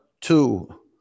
two